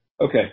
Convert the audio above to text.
Okay